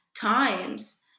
times